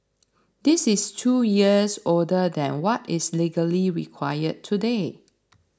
this is two years older than what is legally required today